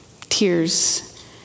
Tears